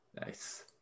Nice